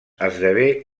esdevé